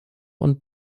und